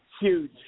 huge